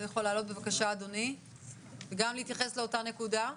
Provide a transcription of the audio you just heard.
אתה יכול לעלות בבקשה אדוני וגם להתייחס לאותה הנקודה.